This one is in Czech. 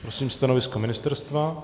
Prosím stanovisko ministerstva.